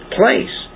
place